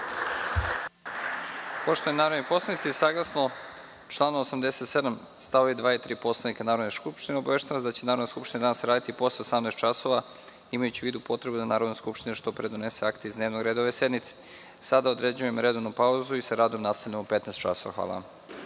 Poštovani narodni poslanici, saglasno članu 87. stavovi 2. i 3. Poslovnika Narodne skupštine, obaveštavam vas da će Narodna skupština danas raditi posle 18,00 časova imajući u vidu potrebu da Narodna skupština što pre donese akte iz dnevnog reda ove sednice. Određujem redovnu pauzu i sa radom nastavljamo u 15,00 časova. Hvala.(Posle